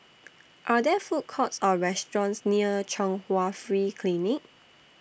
Are There Food Courts Or restaurants near Chung Hwa Free Clinic